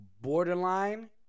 borderline